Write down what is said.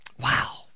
Wow